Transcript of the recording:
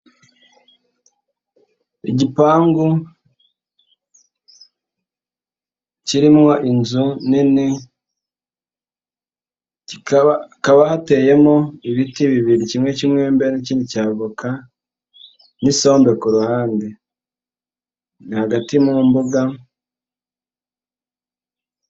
Igipangu kirimo inzu nini, hakaba hateyemo ibiti bibiri kimwe cy'umwembe n'ikindi cya voka n'i isombe ku ruhande ni hagati mu mbuga.